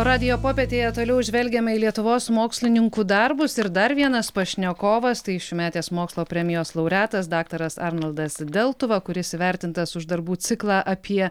radijo popietėje toliau žvelgiame į lietuvos mokslininkų darbus ir dar vienas pašnekovas tai šiųmetės mokslo premijos laureatas daktaras arnoldas deltuva kuris įvertintas už darbų ciklą apie